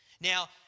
Now